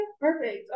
Perfect